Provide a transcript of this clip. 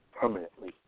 Permanently